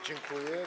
Dziękuję.